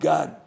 God